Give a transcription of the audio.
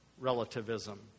relativism